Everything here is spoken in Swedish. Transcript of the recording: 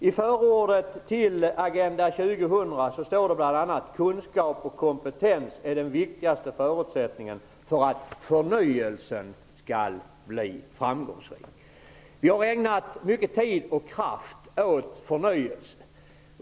I förordet till Agenda 2000 står det bl.a.: Kunskap och kompetens är den viktigaste förutsättningen för att förnyelsen skall bli framgångsrik. Vi har ägnat mycken tid och kraft åt förnyelse.